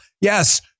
Yes